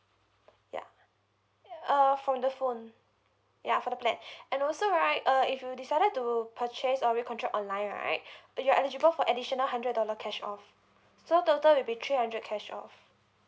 ya err for the phone ya for the plan and also right uh if you decided to purchase or re-contract online right you're eligible for additional hundred dollar cash off so total will be three hundred cash off